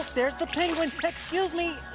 there's the penguin. excuse me.